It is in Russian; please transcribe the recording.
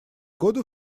годы